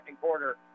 quarter